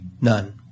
none